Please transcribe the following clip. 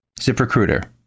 ZipRecruiter